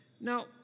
Now